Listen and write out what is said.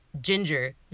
ginger